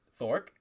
Thork